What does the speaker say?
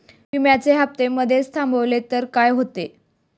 विम्याचे हफ्ते मधेच थांबवले तर काय होते?